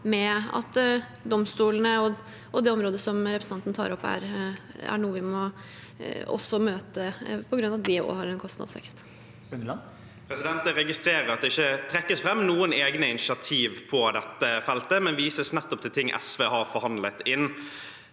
med at domstolene og det området som representanten tar opp, er noe vi må møte på grunn av at det også har en kostnadsvekst. Andreas Sjalg Unneland (SV) Jeg regist- rerer at det ikke trekkes fram noen egne initiativ på det te feltet, men det vises nettopp til ting SV har forhandlet inn.